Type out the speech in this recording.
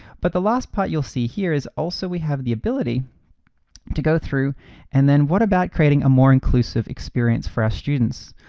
but the last part you'll see here is also we have the ability to go through and then what about creating a more inclusive experience for our students?